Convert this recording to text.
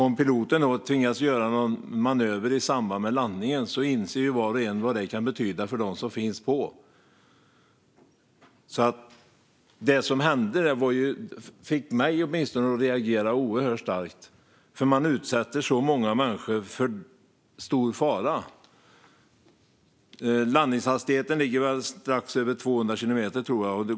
Om piloten tvingas göra någon manöver i samband med landningen inser var och en vad det kan betyda för dem som finns på planet. Det som hände fick åtminstone mig att reagera oerhört starkt. Man utsätter så många människor för stor fara. Landningshastigheten ligger strax över 200 kilometer i timmen.